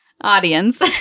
audience